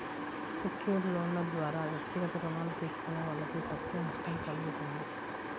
secured లోన్ల ద్వారా వ్యక్తిగత రుణాలు తీసుకునే వాళ్ళకు తక్కువ నష్టం కల్గుతుంది